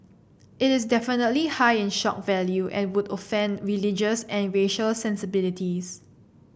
it is definitely high in shock value and would offend religious and racial sensibilities